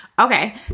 Okay